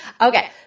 Okay